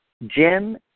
Jim